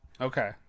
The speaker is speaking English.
Okay